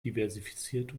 diversifiziert